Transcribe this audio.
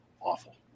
awful